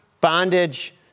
bondage